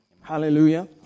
Hallelujah